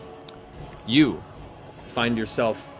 you find yourself